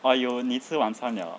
err you 你吃晚餐了 ah